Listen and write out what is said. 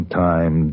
time